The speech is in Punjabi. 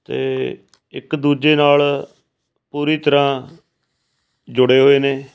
ਅਤੇ ਇੱਕ ਦੂਜੇ ਨਾਲ ਪੂਰੀ ਤਰ੍ਹਾਂ ਜੁੜੇ ਹੋਏ ਨੇ